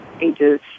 ages